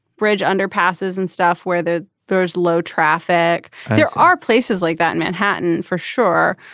bridge underpasses and stuff where there there is low traffic. there are places like that in manhattan for sure.